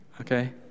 okay